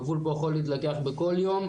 הגבול פה יכול להתלקח בכל יום,